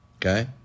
Okay